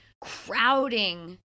crowding